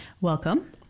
Welcome